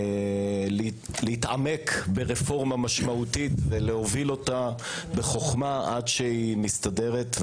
להתעמק ברפורמה משמעותית ולהוביל אותה בחכמה עד שהיא מסתדרת.